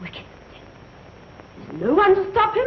which no one to stop